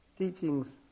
teachings